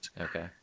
Okay